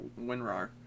Winrar